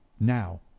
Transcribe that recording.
Now